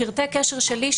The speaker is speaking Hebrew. פרטי קשר שלי,